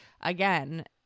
again